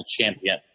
champion